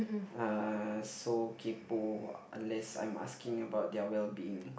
uh so uh unless I'm asking about their well being